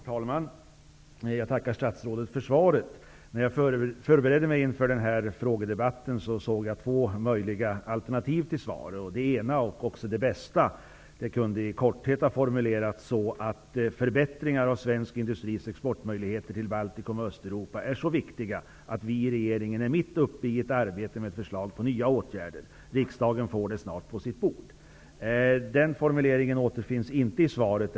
Herr talman! Jag tackar statsrådet för svaret. När jag förberedde mig inför den här frågedebatten, såg jag två möjliga alternativ till svar. Det ena alternativet, också det bästa, skulle i korthet ha kunnat formuleras: Förbättringar av svensk industris exportmöjligheter till Baltikum och Östeuropa är så viktiga att vi i regeringen är mitt uppe i arbetet på att lägga fram förslag om nya åtgärder, och de förslagen kommer snart att ligga på riksdagens bord. Den formuleringen återfinns inte i svaret.